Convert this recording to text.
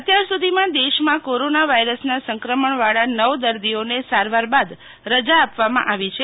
અત્યાર સુધીમાં દેશમાં કોરોના વાયરસના સંક્રમણવાળા નવ દર્દીઓને સારવાર બાદ રજા આપવામાં આવી છે